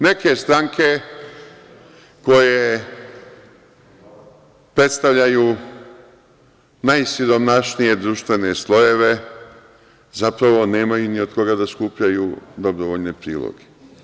Neke stranke koje predstavljaju najsiromašnije društvene slojeve zapravo nemaju ni od koga da skupljaju dobrovoljne priloge.